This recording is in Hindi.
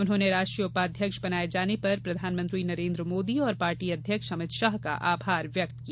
उन्होंने राष्ट्रीय उपाध्यक्ष बनाये जाने पर प्रधानमंत्री नरेन्द्र मोदी और पार्टी अध्यक्ष अमित शाह का आभार व्यक्त किया